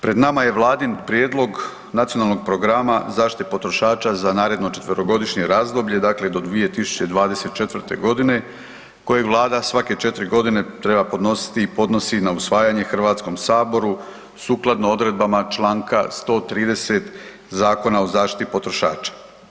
Pred nama je Vladin Prijedlog Nacionalnog programa zaštite potrošača za naredno četverogodišnje razdoblje, dakle do 2024. g. kojeg Vlada svake 4 godine treba podnositi i podnosi na usvajanje HS-u sukladno odredbama čl. 130 Zakona o zaštiti potrošača.